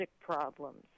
problems